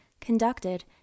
conducted